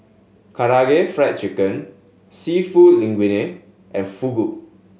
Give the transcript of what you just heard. Karaage Fried Chicken Seafood Linguine and Fugu